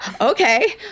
okay